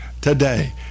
today